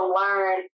learn